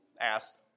asked